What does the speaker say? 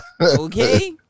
Okay